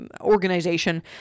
organization